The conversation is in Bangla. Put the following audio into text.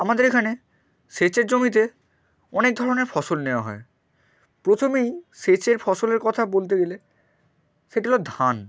আমাদের এখানে সেচের জমিতে অনেক ধরনের ফসল নেওয়া হয় প্রথমেই সেচের ফসলের কথা বলতে গেলে সেটা হল ধান